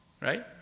Right